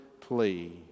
plea